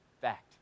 fact